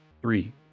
Three